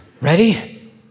Ready